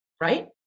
right